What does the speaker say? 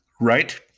Right